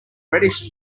reddish